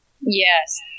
yes